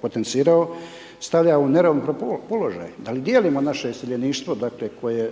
potencirao, stavlja u neravnopravan položaj, da li dijelimo naše iseljeništvo, dakle, koje